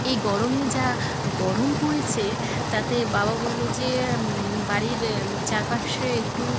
এই গরমে যা গরম পড়েছে তাতে বাবা বললো যে বাড়ির চারপাশে একটু